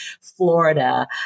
Florida